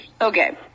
Okay